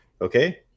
Okay